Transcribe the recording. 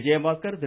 Vijayabaskar Thiru